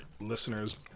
listeners